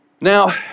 Now